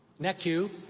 necu,